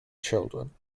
children